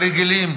הרגילים,